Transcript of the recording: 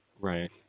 Right